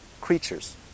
creatures